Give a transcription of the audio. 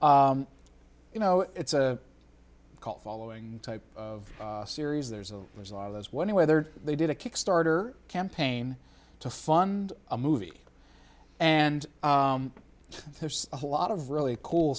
you know it's a cult following type of series there's a there's a lot of those one whether they did a kickstarter campaign to fund a movie and there's a lot of really cool